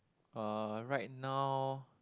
uh right now